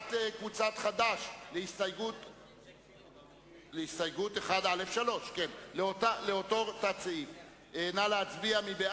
ההסתייגות (1) של קבוצת סיעת מרצ,